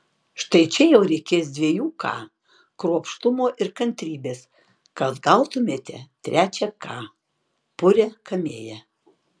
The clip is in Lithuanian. štai čia jau reikės dviejų k kruopštumo ir kantrybės kad gautumėte trečią k purią kamėją